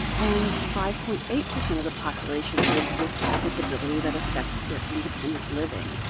and five point eight percent of the population lives with a disability that affects their independent living.